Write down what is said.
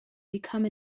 become